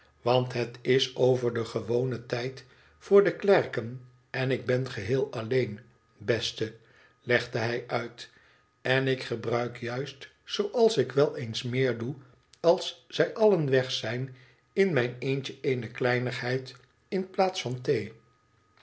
want het is over den gewonen tijd voor de klerken en ik ben geheel alleen beste legde hij uit en ik gebruik juist zooals ik wel eens meer doe als zij allen weg zijn in mijn eentje eene kleinigheid in plaats van thee